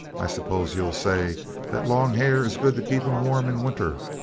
i suppose you'll say that long hair is good to keep him warm in winter,